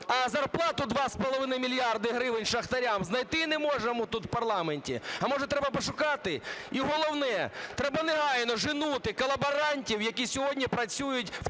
а зарплату 2,5 мільярда гривень шахтарям знайти не можемо тут у парламенті. А може, треба пошукати? І головне. Треба негайно женути колаборантів, які сьогодні працюють в Кабміні,